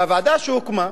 הוועדה שהוקמה,